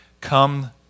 come